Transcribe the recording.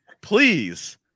please